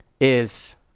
is-